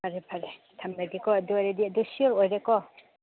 ꯐꯔꯦ ꯐꯔꯦ ꯊꯝꯂꯒꯦꯀꯣ ꯑꯗꯨ ꯑꯣꯏꯔꯗꯤ ꯑꯗꯨ ꯁꯤꯌꯣꯔ ꯑꯣꯏꯔꯦꯀꯣ